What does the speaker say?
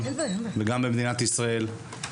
וגם במדינת ישראל,